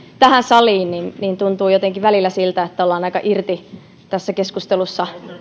tähän saliin tuntuu jotenkin välillä siltä että tässä keskustelussa